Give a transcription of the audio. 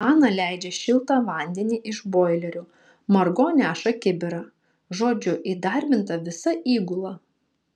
ana leidžia šiltą vandenį iš boilerio margo neša kibirą žodžiu įdarbinta visa įgula